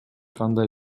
кандай